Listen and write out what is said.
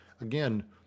again